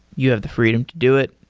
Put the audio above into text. you have the freedom to do it.